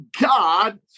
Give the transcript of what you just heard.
God